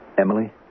Emily